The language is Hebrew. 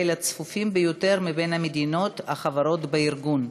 הם הצפופים ביותר בקרב המדינות החברות בארגון.